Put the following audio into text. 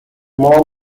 more